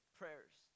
prayers